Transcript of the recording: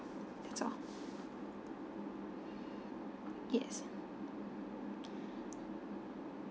that's all yes